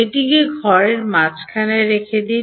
এটিকে ঘরের মাঝখানে রেখে দিন